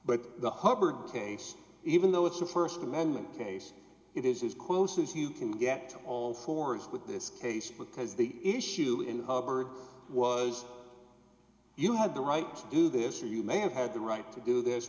but the hubbard case even though it's a st amendment case it is as close as you can get to all fours with this case because the issue in hubbard was you had the right to do this or you may have had the right to do this